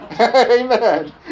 Amen